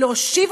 יימח